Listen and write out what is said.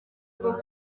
bwo